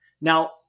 Now